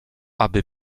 aby